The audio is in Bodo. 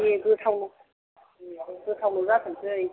दे गोथावल' गोथावल' जाथोंसै